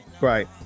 right